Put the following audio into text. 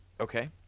Okay